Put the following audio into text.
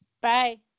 Bye